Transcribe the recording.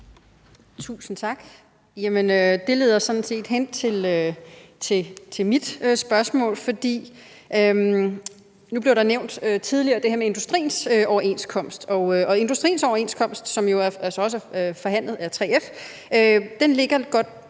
Tusind tak. Det leder mig sådan set hen til mit spørgsmål, for nu blev der tidligere nævnt det her med industriens overenskomst, og industriens overenskomst, som jo altså også er forhandlet af 3F, ligger noget